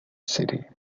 city